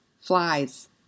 flies